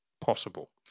possible